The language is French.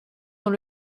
dans